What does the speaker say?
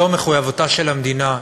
זו מחויבותה של המדינה,